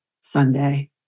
Sunday